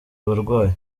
abarwayi